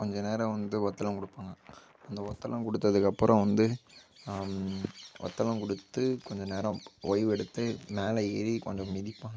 கொஞ்ச நேரம் வந்து ஒத்தடம் கொடுப்பாங்க அந்த ஒத்தடம் கொடுத்ததுக்கு அப்புறம் வந்து ஒத்தடம் கொடுத்து கொஞ்ச நேரம் ஓய்வு எடுத்து மேலே ஏறிக் கொஞ்ச மிதிப்பாங்க